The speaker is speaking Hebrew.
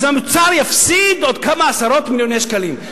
אז האוצר יפסיד עוד כמה עשרות מיליוני שקלים.